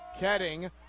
Ketting